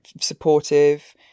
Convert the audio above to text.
supportive